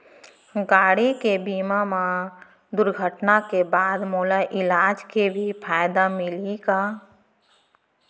गाड़ी के बीमा मा दुर्घटना के बाद मोला इलाज के भी फायदा मिलही का?